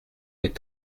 est